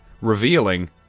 revealing